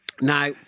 Now